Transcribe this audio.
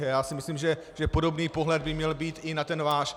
A já si myslím, že podobný pohled by měl být i na ten váš.